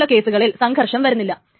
ഇങ്ങനെയുള്ള കേസുകളിൽ സംഘർഷം വരുന്നില്ല